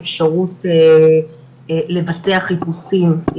ובקרה שאפשר להציג בפניה את השאלה ולקבל נתונים.